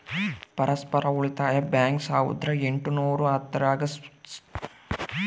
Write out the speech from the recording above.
ಪರಸ್ಪರ ಉಳಿತಾಯ ಬ್ಯಾಂಕ್ ಸಾವುರ್ದ ಎಂಟುನೂರ ಹತ್ತರಾಗ ಸ್ಟಾರ್ಟ್ ಆಗಿ ಇವತ್ತಿಗೂ ಸುತ ನಡೆಕತ್ತೆತೆ